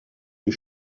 les